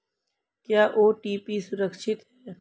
क्या ओ.टी.पी सुरक्षित है?